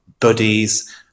buddies